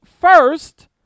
first